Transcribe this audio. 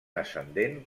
ascendent